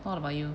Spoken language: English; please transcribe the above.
what about you